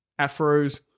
Afros